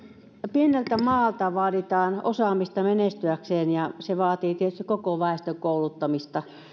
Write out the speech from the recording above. pieneltä maalta vaaditaan osaamista menestyäkseen ja se vaatii tietysti koko väestön kouluttamista